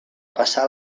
passar